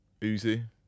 Uzi